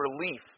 relief